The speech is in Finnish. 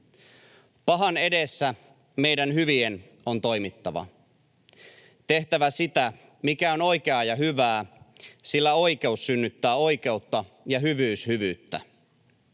Pahan edessä meidän hyvien on toimittava, tehtävä sitä, mikä on oikeaa ja hyvää, sillä oikeus synnyttää oikeutta ja hyvyys hyvyyttä.